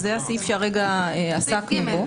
זה הסעיף שהרגע עסקנו בו.